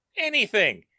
Anything